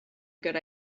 good